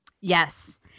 Yes